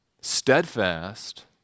Steadfast